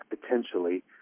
potentially